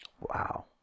Wow